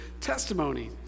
testimony